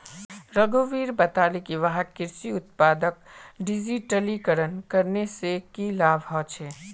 रघुवीर बताले कि वहाक कृषि उत्पादक डिजिटलीकरण करने से की लाभ ह छे